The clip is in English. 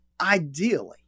Ideally